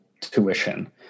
tuition